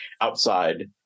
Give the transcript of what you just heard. outside